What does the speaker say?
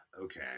okay